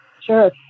Sure